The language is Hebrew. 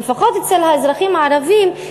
לפחות אצל האזרחים הערבים,